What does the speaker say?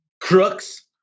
crooks